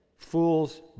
Fools